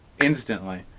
instantly